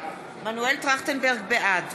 בעד